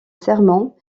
sermon